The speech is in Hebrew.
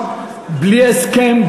בלי הסכם,